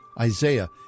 Isaiah